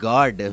God